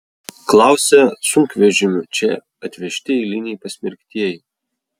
klausia sunkvežimiu čia atvežti eiliniai pasmerktieji